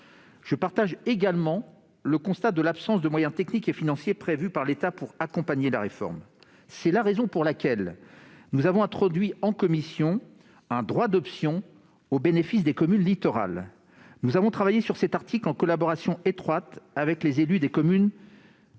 je partage également le constat de l'absence de moyens techniques et financiers prévus par l'État pour accompagner la réforme. C'est la raison pour laquelle nous avons introduit en commission un droit d'option au bénéfice des communes littorales. Nous avons travaillé sur cet article en collaboration avec les élus des communes littorales,